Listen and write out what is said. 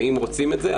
ואם רוצים את זה,